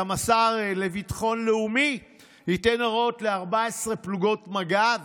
גם השר לביטחון לאומי ייתן הוראות ל-14 פלוגות מג"ב